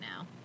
now